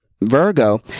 Virgo